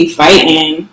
fighting